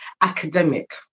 academic